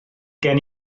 gen